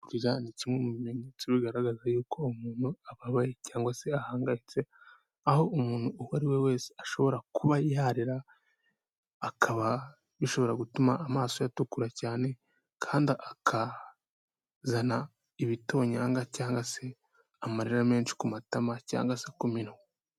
Kurira ni kimwe mu bimenyetso bigaragaza yuko umuntu ababaye cyangwa se ahangayitse, aho umuntu uwo ari we wese ashobora kuba yarira, akaba bishobora gutuma amaso ye atukura cyane kandi akazana ibitonyanga cyangwa se amarira menshi ku matama cyangwa se ku minwa.